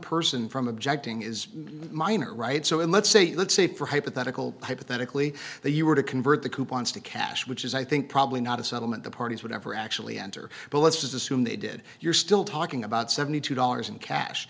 person from objecting is minor right so in let's say let's say for hypothetical hypothetically that you were to convert the coupons to cash which is i think probably not a settlement the parties would never actually enter but let's assume they did you're still talking about seventy two dollars in cash